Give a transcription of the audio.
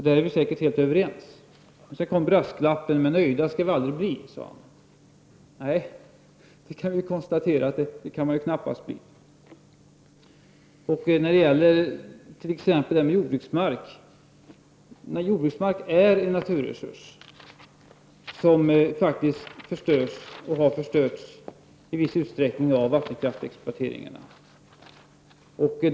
Där är vi säkert helt överens. Sedan kommer brasklappen när Magnus Persson säger att vi aldrig skall bli nöjda. Nej, det kan vi konstatera att vi knappast kan bli. Jordbruksmark är en naturresurs som faktiskt förstörs och har förstörts i viss utsträckning av vattenkraftsexploateringen.